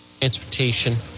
Transportation